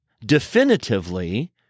definitively